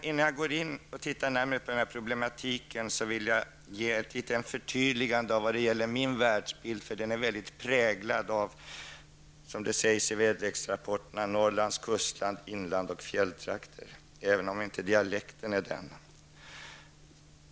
Innan jag närmare går in på denna problematik vill jag göra ett förtydligande när det gäller min världsbild. Den är nämligen mycket präglad av, som det sägs i väderleksrapporterna, Norrlands kustland, inland och fjälltrakter, även om det inte hörs på dialekten.